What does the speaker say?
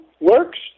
works